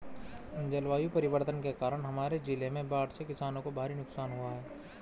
जलवायु परिवर्तन के कारण हमारे जिले में बाढ़ से किसानों को भारी नुकसान हुआ है